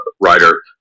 writer